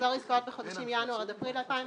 "מחזור עסקאות בחודשים ינואר עד אפריל 2019"